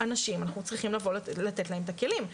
אנשים צריכים לבוא ולתת להם את הכלים.